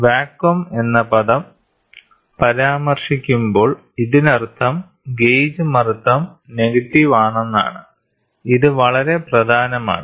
vacuum എന്ന പദം പരാമർശിക്കുമ്പോൾ ഇതിനർത്ഥം ഗേജ് മർദ്ദം നെഗറ്റീവ് ആണെന്നാണ് ഇത് വളരെ പ്രധാനമാണ്